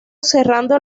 cerrando